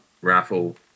raffle